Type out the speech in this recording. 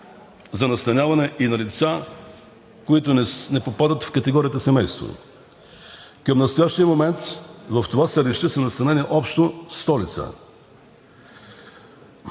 за настаняване и на лица, които не попадат в категорията семейство. Към настоящия момент в това селище са настанени общо 100 лица.